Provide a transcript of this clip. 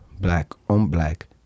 black-on-black